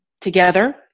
together